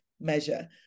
measure